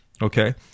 Okay